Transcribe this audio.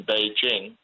Beijing